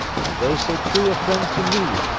although so true a friend to me,